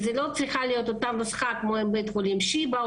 זאת לא צריכה להיות אותה נוסחה עם בית חולים שיבא,